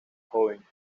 joven